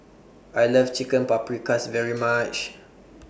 I Love Chicken Paprikas very much